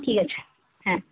ঠিক আছে হ্যাঁ